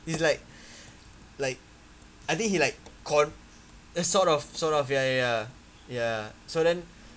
he's like like I think he like conned sort of sort of ya ya ya ya so then